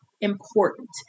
important